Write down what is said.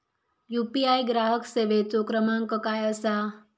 UPI ग्राहक सेवेचो क्रमांक काय असा?